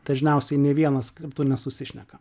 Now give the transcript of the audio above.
dažniausiai ne vienas kaip tu nesusišneka